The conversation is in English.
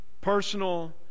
personal